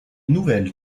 nouvelles